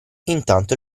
intanto